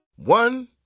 One